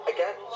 Again